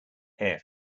air